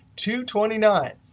two twenty nine.